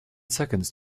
seconds